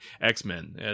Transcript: X-Men